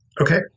Okay